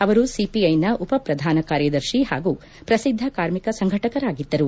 ಅವರು ಸಿಪಿಐನ ಉಪ ಪ್ರಧಾನ ಕಾರ್ಯದರ್ಶಿ ಹಾಗೂ ಪ್ರಸಿದ್ದ ಕಾರ್ಮಿಕ ಸಂಘಟಕರಾಗಿದ್ದರು